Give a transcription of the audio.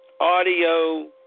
audio